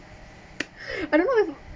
I don't know mm